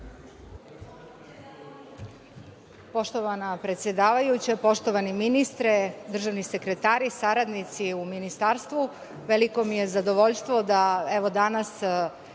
Poštovana predsedavajuća, poštovani ministre, državni sekretari, saradnici u Ministarstvu, veliko mi je zadovoljstvo da danas